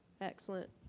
excellent